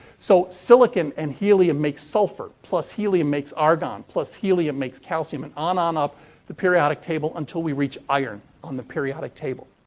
so, silicon and helium make sulfur. plus helium makes argon. plus helium makes calcium. and on, on up the periodic table until we reach iron on the periodic table.